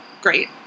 great